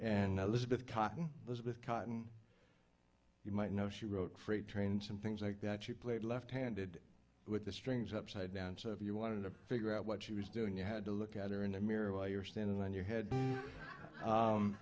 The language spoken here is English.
elizabeth cotten those with cotton you might know she wrote freight trains and things like that you played left handed with the strings upside down so if you wanted to figure out what she was doing you had to look at her in the mirror while you're standing on your head